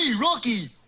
Rocky